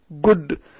good